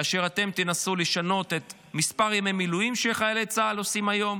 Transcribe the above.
כאשר אתם תנסו לשנות את מספר ימי המילואים שחיילי צה"ל עושים היום